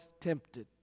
tempted